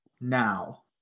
now